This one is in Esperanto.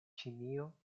ĉinio